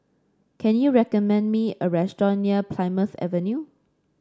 can you recommend me a restaurant near Plymouth Avenue